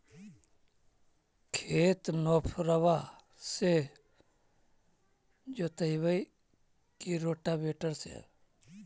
खेत नौफरबा से जोतइबै की रोटावेटर से?